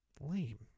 lame